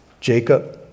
Jacob